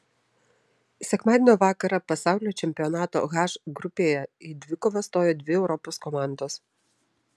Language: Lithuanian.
sekmadienio vakarą pasaulio čempionato h grupėje į dvikovą stojo dvi europos komandos